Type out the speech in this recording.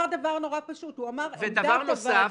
חברים, הוא אמר דבר נורא פשוט.